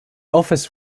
office